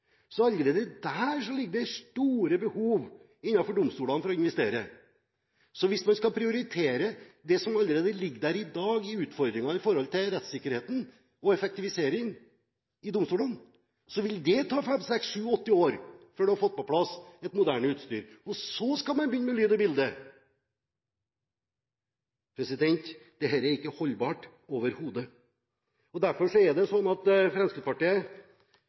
Allerede der ligger det store behov for å investere innenfor domstolene. Hvis man skal prioritere det som allerede ligger der av utfordringer i dag for rettssikkerhet og effektivisering av domstolene, vil det ta fem–seks–sju–åtte år før man har fått på plass et moderne utstyr – og så skal man begynne med lyd og bilde. Dette er ikke holdbart overhodet. Derfor er det slik at Fremskrittspartiet